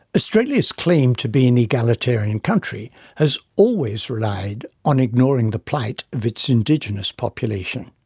australia's claim to be an egalitarian country has always relied on ignoring the plight of its indigenous population.